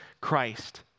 Christ